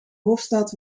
hoofdstad